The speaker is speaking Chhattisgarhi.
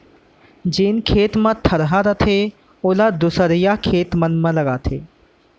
जेन खेत म थरहा रथे ओला दूसरइया खेत मन म लगाथें